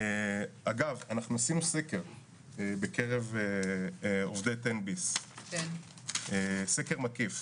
אגב, עשינו סקר בקרב עובדי תן ביס, סקר מקיף: